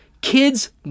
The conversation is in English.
kids